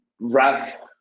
rough